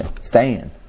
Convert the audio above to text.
Stand